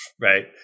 right